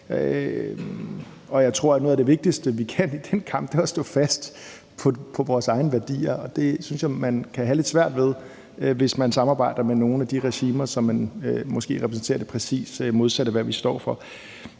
og jeg tror, at noget af det vigtigste, vi kan i den kamp, er at stå fast på vores egne værdier. Det synes jeg man kan have lidt svært ved, hvis man samarbejder med nogle af de regimer, som måske repræsenterer det præcis modsatte af, hvad vi står for.